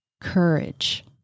courage